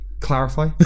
Clarify